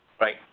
right